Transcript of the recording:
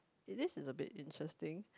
this is a bit interesting